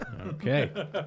Okay